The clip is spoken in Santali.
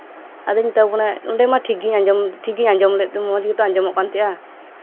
ᱟᱫᱚᱧ ᱢᱮᱛᱟ ᱠᱚ ᱠᱟᱱᱟ ᱚᱸᱰᱮ ᱢᱟ ᱴᱷᱤᱠ ᱜᱤᱧ ᱟᱸᱡᱚᱢ ᱴᱷᱤᱠᱜᱮ ᱟᱸᱡᱚᱢ ᱞᱮᱫ ᱢᱚᱸᱡᱜᱮ ᱟᱸᱡᱚᱢᱚᱜ ᱠᱟᱱ ᱛᱟᱸᱦᱮᱜᱼᱟ